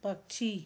पक्षी